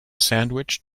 sandwich